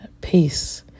Peace